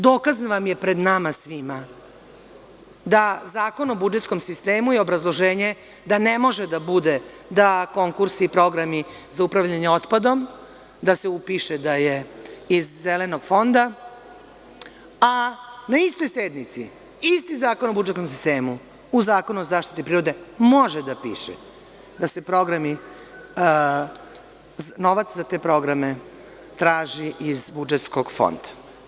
Dokaz vam je pred nama svima da Zakon o budžetskom sistemu je obrazloženje da ne može, da konkursi, programi za upravljanje otpadom, da se upiše da je iz Zelenog fonda, a na istoj sednici isti Zakon o budžetskom sistemu, u Zakonu o zaštiti prirode može da piše da se programi, novac za te programe traži iz budžetskog fonda.